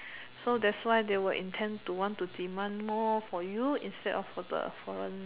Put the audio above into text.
so that's why they will intend to want to demand more for you instead of for the foreign